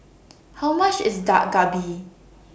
How much IS Dak Galbi